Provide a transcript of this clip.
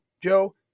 Joe